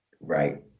Right